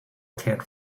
can’t